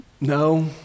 No